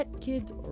kids